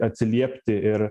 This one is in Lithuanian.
atsiliepti ir